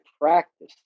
practice